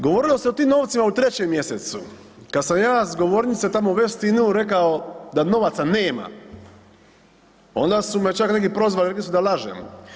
Govorilo se o tim novcima u 3. mjesecu kad sam ja s govornice tamo u Westinu rekao da novaca nema, onda su me čak neki prozvali, mislili da lažem.